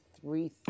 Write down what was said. three